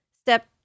Step